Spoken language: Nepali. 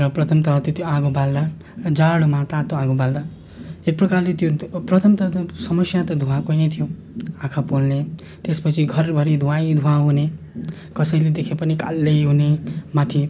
र प्रथमतः त्यो आगो बाल्दा जाडोमा तातो आगो बाल्दा एक प्रकारले त्यो प्रथमतः समस्या त धुवाको नै थियो आँखा पोल्ने त्यसपछि घरभरि धुवैधुवा हुने कसैले देखे पनि कालै हुने माथि